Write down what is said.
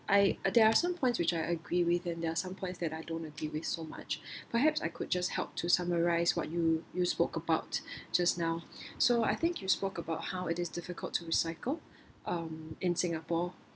I there are some points which I agree with and there are some points that I don't agree with so much perhaps I could just help to summarize what you you spoke about just now so I think you spoke about how it is difficult to recycle um in singapore